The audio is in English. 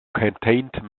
contained